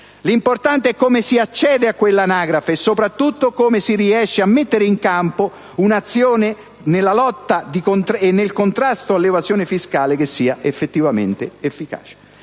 L'importante è come si accede a quell'anagrafe e, soprattutto, come si riesce a mettere in campo un'azione di lotta e contrasto all'evasione fiscale che sia effettivamente efficace.